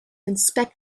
inspect